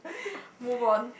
move on